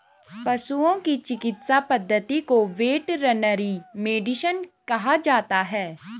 पशुओं की चिकित्सा पद्धति को वेटरनरी मेडिसिन कहा जाता है